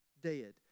dead